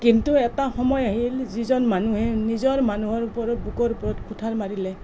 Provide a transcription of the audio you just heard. কিন্তু এটা সময় আহিল যিজন মানুহে নিজৰ মানুহৰ ওপৰত বুকুৰ ওপৰত কুঠাৰ মাৰিলে